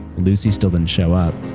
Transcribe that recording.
lucy still didn't show up.